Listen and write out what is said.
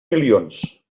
milions